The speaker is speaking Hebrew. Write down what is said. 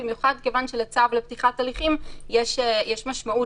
במיוחד כיוון שלצו עיכוב הליכים יש משמעות